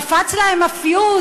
קפץ להם הפיוז,